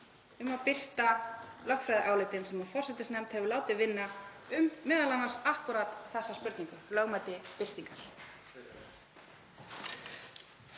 um að birta lögfræðiálitin sem forsætisnefnd hefur látið vinna, m.a. um akkúrat þessa spurningu, lögmæti birtingar?